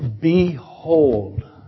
behold